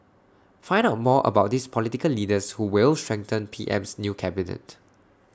find out more about these political leaders who will strengthen P M's new cabinet